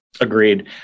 agreed